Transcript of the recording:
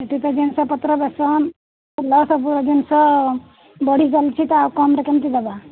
ଏଠି ତ ଜିନିଷ ପତ୍ର ବେଶୀ ଲସ୍ ଜିନିଷ ବଢ଼ିଚାଲୁଛି ତ ଆଉ କମରେ କେମିତି ଦେବା